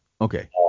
okay